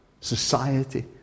society